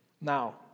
Now